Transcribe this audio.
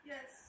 Yes